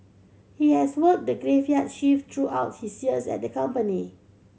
he has worked the graveyard shift throughout his years at the company